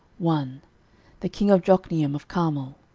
one the king of jokneam of carmel,